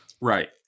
Right